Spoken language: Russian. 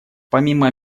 помимо